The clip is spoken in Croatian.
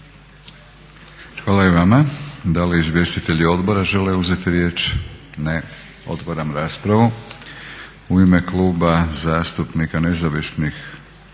Hvala i vama. Da li izvjestitelji odbora žele uzeti riječ? Ne. Otvaram raspravu. U ime Kluba zastupnika nezavisnih